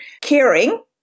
caring